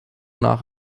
nach